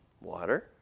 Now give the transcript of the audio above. Water